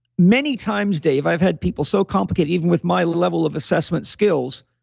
many times dave i've had people so complicated, even with my level of assessment skills,